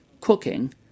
cooking